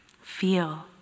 feel